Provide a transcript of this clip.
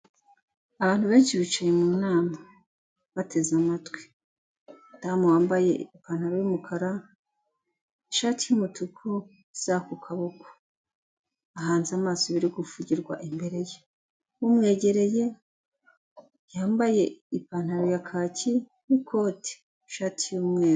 Abantu benshi bicaye mu nama bateze amatwi, umudamu wambaye ipantaro y'umukara, ishati y'umutu, isaha ku kaboko, ahanze amaso ibiri kuvugirwa imbere ye, umwegereye yambaye ipantaro ya kaki n'ikoti, ishati y'umweru.